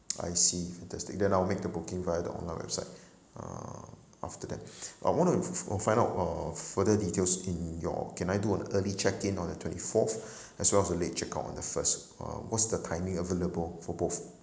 I see fantastic then I'll make the booking via the online website uh after that I want to f~ f~ uh find out uh further details in your can I do an early check in on the twenty forth as well as a late check out on the first uh what's the timing available for both